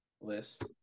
list